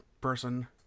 person